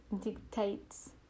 dictates